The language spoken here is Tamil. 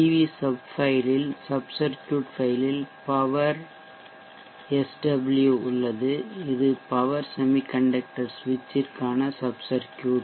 வி சப் ஃபைலில் சப் சர்க்யூட் ஃபைலில் power sw உள்ளது இது பவர் செமிகண்டக்டர் சுவிட்சிற்கான சப் சர்க்யூட்